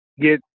get